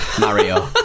Mario